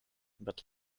but